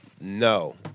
No